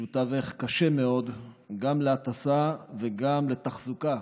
שהוא תווך קשה מאוד גם להטסה וגם לתחזוקה